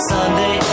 Sunday